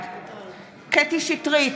בעד קטי קטרין שטרית,